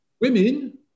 Women